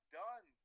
done